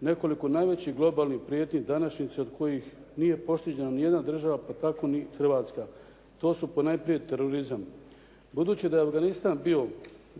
nekoliko najvećih globalnih prijetnji današnjice od kojih nije pošteđena ni jedna država, pa tako ni Hrvatska. To su po najprije terorizam. Budući da je Afganistan bio